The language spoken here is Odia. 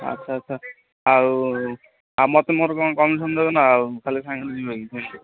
ଆଚ୍ଛା ଆଚ୍ଛା ଆଉ ଆଉ ମୋତେ ମୋର କ'ଣ କମିସନ୍ ଦେବେ ନା ଆଉ ଖାଲି ସାଙ୍ଗରେ ଯିବାକି